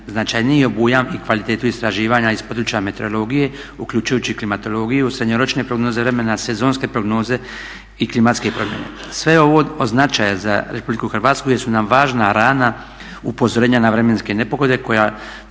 značajniji obujam i kvalitetu istraživanja iz područja meteorologije uključujući klimatologiju, srednjoročne prognoze vremena, sezonske prognoze i klimatske promjene. Sve je ovo od značaja za Republiku Hrvatsku jer su nam važna rana upozorenja na vremenske nepogode koje